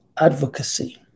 advocacy